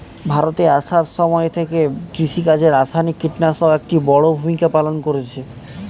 ভারতে আসার সময় থেকে কৃষিকাজে রাসায়নিক কিটনাশক একটি বড়ো ভূমিকা পালন করেছে